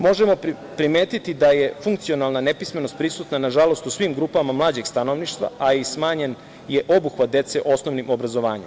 Možemo primetiti da je funkcionalna nepismenost prisutna, nažalost, u svim grupama mlađeg stanovništva, a smanjen je obuhvat dece osnovnim obrazovanjem.